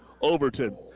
Overton